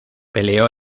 peleó